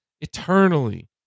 eternally